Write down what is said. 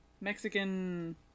Mexican